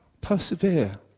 persevere